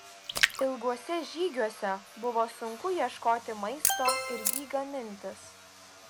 ilguose žygiuose buvo sunku ieškoti maisto ir jį gamintis